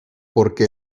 porque